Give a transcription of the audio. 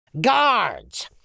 Guards